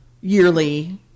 yearly